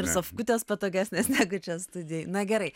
ir sofutes patogesnės negu čia studijoj na gerai